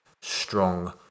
strong